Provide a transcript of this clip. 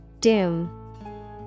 Doom